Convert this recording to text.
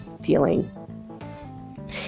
feeling